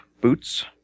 boots